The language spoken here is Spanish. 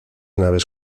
naves